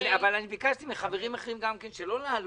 אבל אני ביקשתי מחברים אחרים שלא להעלות.